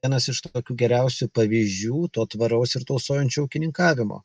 vienas iš pačių geriausių pavyzdžių to tvaraus ir tausojančio ūkininkavimo